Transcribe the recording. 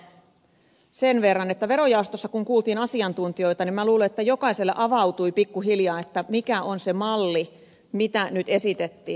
työsuhdematkalipusta sen verran että verojaostossa kun kuultiin asiantuntijoita niin minä luulen että jokaiselle avautui pikkuhiljaa mikä on se malli mitä nyt esitettiin